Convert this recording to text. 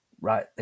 right